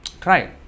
try